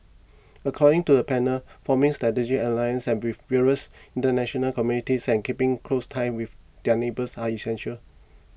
according to the panel forming strategic alliances have with various international communities and keeping close ties with their neighbours are essential